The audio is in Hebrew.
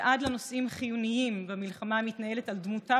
ועד לנושאים חיוניים במלחמה המתנהלת על דמותה